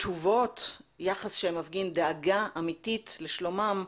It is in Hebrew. תשובות ויחס שמפגין דאגה אמיתית לשלומם,